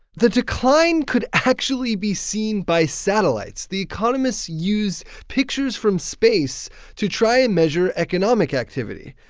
the decline could actually be seen by satellites. the economists used pictures from space to try and measure economic activity.